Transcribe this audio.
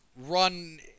run